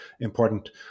important